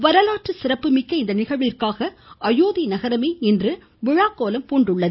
வரலாற்று சிறப்பு மிக்க இந்த நிகழ்விற்காக அயோத்தி நகரம் இன்று விழாக்கோலம் பூண்டுள்ளது